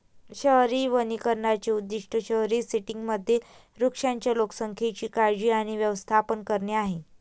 शहरी वनीकरणाचे उद्दीष्ट शहरी सेटिंग्जमधील वृक्षांच्या लोकसंख्येची काळजी आणि व्यवस्थापन करणे आहे